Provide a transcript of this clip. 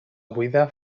buida